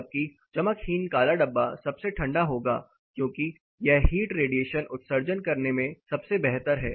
जबकि चमकहीन काला डब्बा सबसे ठंडा होगा क्योंकि यह हीट रेडिएशन उत्सर्जन करने में सबसे बेहतर है